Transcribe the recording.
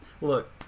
Look